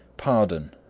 pardon,